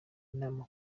inama